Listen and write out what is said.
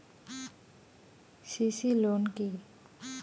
CC loan কি?